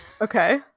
Okay